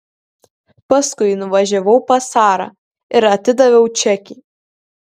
paskui nuvažiavau pas sarą ir atidaviau čekį